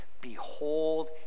Behold